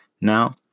now